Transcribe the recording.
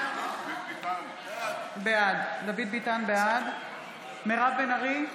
בעד מירב בן ארי,